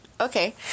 okay